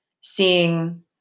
seeing